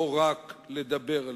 לא רק לדבר עליהן.